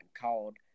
called